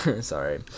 sorry